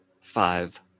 five